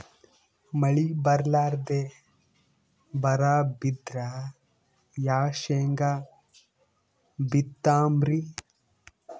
ಮಳಿ ಬರ್ಲಾದೆ ಬರಾ ಬಿದ್ರ ಯಾ ಶೇಂಗಾ ಬಿತ್ತಮ್ರೀ?